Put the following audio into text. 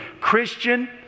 Christian